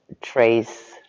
trace